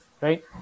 right